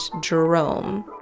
Jerome